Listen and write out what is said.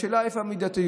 והשאלה היא איפה המידתיות.